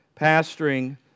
pastoring